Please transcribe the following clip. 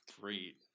Great